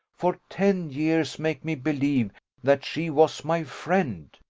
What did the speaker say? for ten years, make me believe that she was my friend?